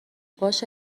باشه